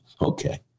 Okay